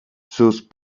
sus